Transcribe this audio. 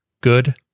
good